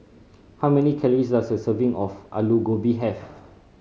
how many calories does a serving of Alu Gobi have